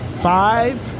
Five